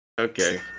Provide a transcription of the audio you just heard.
Okay